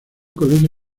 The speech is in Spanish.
colegio